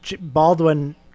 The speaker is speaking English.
Baldwin